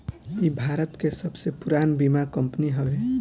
इ भारत के सबसे पुरान बीमा कंपनी हवे